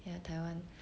ya taiwan